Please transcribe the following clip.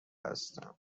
هستم